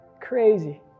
Crazy